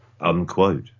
Unquote